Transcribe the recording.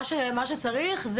מה שצריך.